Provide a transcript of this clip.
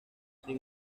sin